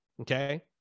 okay